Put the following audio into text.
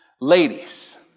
Ladies